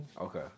Okay